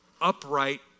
upright